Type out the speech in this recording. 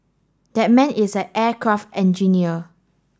that man is an aircraft engineer